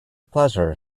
pleasure